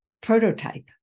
prototype